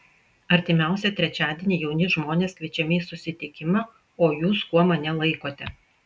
artimiausią trečiadienį jauni žmonės kviečiami į susitikimą o jūs kuo mane laikote